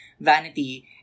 Vanity